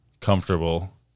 comfortable